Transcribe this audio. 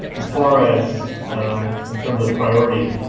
as far as in terms of priority,